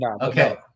Okay